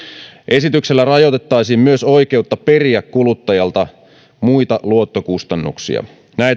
esityksellä rajoitettaisiin myös oikeutta periä kuluttajalta muita luottokustannuksia näitä